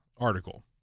article